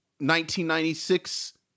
1996